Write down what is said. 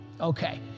Okay